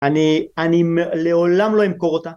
אני לעולם לא אמכור אותה